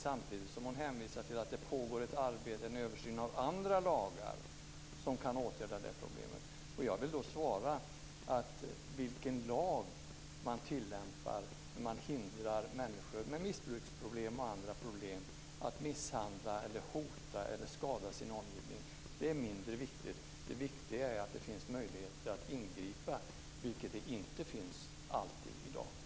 Samtidigt hänvisar hon till att det pågår ett arbete med en översyn av andra lagar som kan åtgärda det problemet. Jag vill då svara att vilken lag som man tillämpar när man hindrar människor med missbruksproblem eller andra problem att misshandla, hota eller skada sin omgivning är mindre viktigt. Det viktiga är att det finns möjligheter att ingripa, vilket det inte alltid finns i dag.